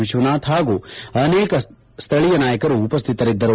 ವಿಶ್ವನಾಥ್ ಹಾಗೂ ಅನೇಕ ಸ್ಥಳಿಯ ನಾಯಕರು ಉಪಸ್ಥಿತರಿದ್ದರು